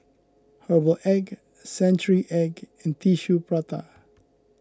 Herbal Egg Century Egg and Tissue Prata